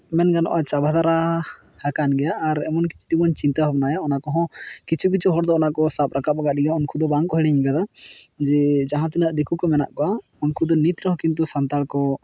ᱢᱮᱱ ᱜᱟᱱᱚᱜᱼᱟ ᱪᱟᱵᱟ ᱫᱷᱟᱨᱟ ᱟᱠᱟᱱ ᱜᱮᱭᱟ ᱟᱨ ᱮᱢᱱᱤ ᱜᱮ ᱡᱩᱫᱤ ᱵᱚᱱ ᱪᱤᱱᱛᱟᱹ ᱵᱷᱟᱵᱱᱟᱭᱟ ᱚᱱᱟ ᱠᱚᱦᱚᱸ ᱠᱤᱪᱷᱩ ᱠᱤᱪᱷᱩ ᱦᱚᱲ ᱫᱚ ᱚᱱᱟ ᱠᱚ ᱥᱟᱵ ᱨᱟᱠᱟᱵ ᱟᱠᱟᱫ ᱜᱮᱭᱟ ᱩᱱᱠᱩ ᱫᱚ ᱵᱟᱝ ᱠᱚ ᱦᱤᱲᱤᱧ ᱟᱠᱟᱫᱟ ᱡᱮ ᱡᱟᱦᱟᱸᱛᱤᱱᱟᱹᱜ ᱫᱤᱠᱩ ᱠᱚ ᱢᱮᱱᱟᱜ ᱠᱚᱣᱟ ᱩᱱᱠᱩ ᱫᱚ ᱱᱤᱛ ᱨᱮᱦᱚᱸ ᱠᱤᱱᱛᱩ ᱥᱟᱱᱟᱲ ᱠᱚ